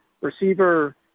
receiver